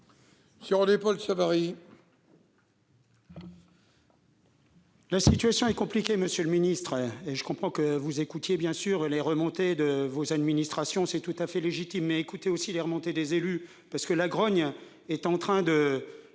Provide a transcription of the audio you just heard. La situation est compliquée, monsieur le ministre. Je comprends que vous écoutiez les remontées de votre administration- c'est tout à fait légitime -, mais écoutez aussi les remontées des élus : la grogne est en train de